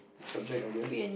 subject I guess